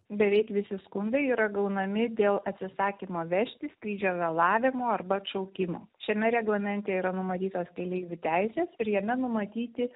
beveik visi skundai yra gaunami dėl atsisakymo vežti skrydžio vėlavimo arba atšaukimo šiame reglamente yra numatytos keleivių teisės ir jame numatyti